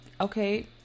Okay